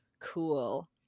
cool